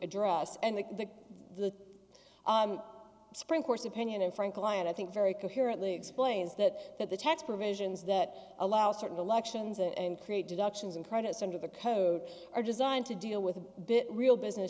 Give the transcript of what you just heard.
address and the the spring course opinion in frankel and i think very coherently explains that that the tax provisions that allow certain elections and create deductions and credits under the code are designed to deal with a bit real business